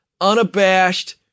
unabashed